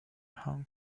hong